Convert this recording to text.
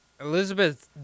Elizabeth